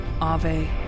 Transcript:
Ave